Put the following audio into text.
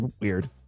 weird